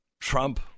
Trump